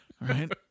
Right